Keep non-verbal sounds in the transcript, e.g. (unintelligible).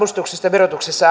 verotuksessa (unintelligible)